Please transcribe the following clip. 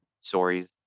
stories